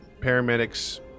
paramedics